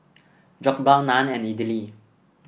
Jokbal Naan and Idili